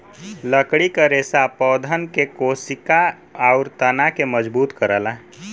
लकड़ी क रेसा पौधन के कोसिका आउर तना के मजबूत करला